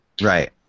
Right